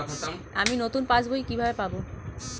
আমি নতুন পাস বই কিভাবে পাব?